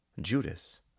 Judas